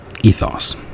ethos